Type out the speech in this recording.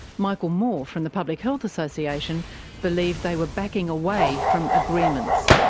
michael moore from the public health association believed they were backing away from agreements.